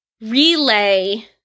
relay